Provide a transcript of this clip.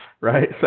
right